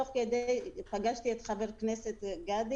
תוך כדי פגשתי את חבר הכנסת גדי